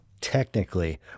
technically